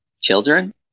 children